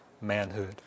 manhood